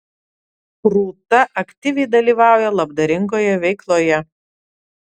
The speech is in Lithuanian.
rūta aktyviai dalyvauja labdaringoje veikloje